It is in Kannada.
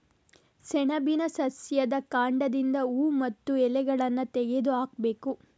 ಸೆಣಬಿನ ಸಸ್ಯದ ಕಾಂಡದಿಂದ ಹೂವು ಮತ್ತೆ ಎಲೆಗಳನ್ನ ತೆಗೆದು ಹಾಕ್ಬೇಕು